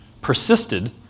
persisted